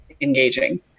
engaging